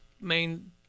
main